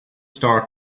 star